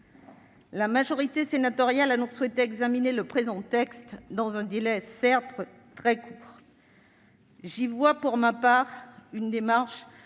la majorité sénatoriale a donc souhaité examiner le présent texte dans un délai certes très court. J'y vois pour ma part une démarche